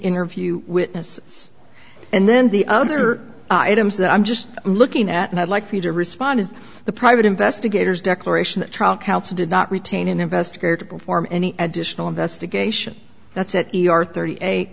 interview witnesses and then the other items that i'm just looking at and i'd like for you to respond is the private investigators declaration that trial counsel did not retain an investigator to perform any additional investigation that's at your thirty eight